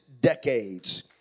decades